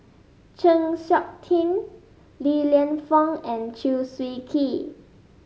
Chng Seok Tin Li Lienfung and Chew Swee Kee